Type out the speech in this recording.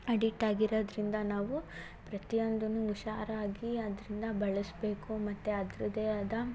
addict ಆಗಿರೋದರಿಂದ ನಾವು ಪ್ರತಿಯೊಂದುನು ಹುಷಾರಾಗಿ ಅದರಿಂದ ಬಳಸಬೇಕು ಮತ್ತು ಅದ್ರದ್ದೇ ಆದ